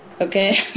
Okay